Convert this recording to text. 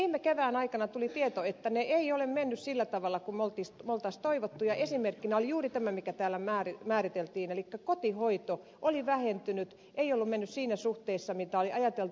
viime kevään aikana tuli tieto että ne eivät ole menneet sillä tavalla kuin me olisimme toivoneet ja esimerkkinä oli juuri tämä mikä täällä määriteltiin elikkä kotihoito oli vähentynyt ei ollut mennyt siinä suhteessa kuin oli ajateltu